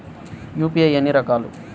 UPI ఎన్ని రకాలు?